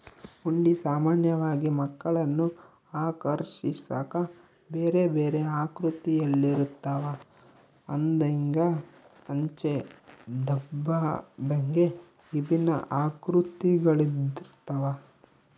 ಹುಂಡಿ ಸಾಮಾನ್ಯವಾಗಿ ಮಕ್ಕಳನ್ನು ಆಕರ್ಷಿಸಾಕ ಬೇರೆಬೇರೆ ಆಕೃತಿಯಲ್ಲಿರುತ್ತವ, ಹಂದೆಂಗ, ಅಂಚೆ ಡಬ್ಬದಂಗೆ ವಿಭಿನ್ನ ಆಕೃತಿಗಳಿರ್ತವ